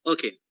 Okay